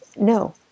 no